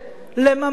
לממש